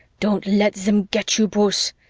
don't let them get you, bruce.